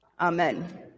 Amen